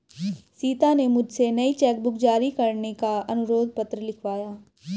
सीता ने मुझसे नई चेक बुक जारी करने का अनुरोध पत्र लिखवाया